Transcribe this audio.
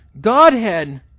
Godhead